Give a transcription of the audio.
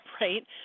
right